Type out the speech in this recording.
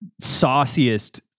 sauciest